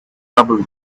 trouble